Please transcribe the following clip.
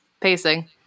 pacing